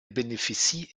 bénéficie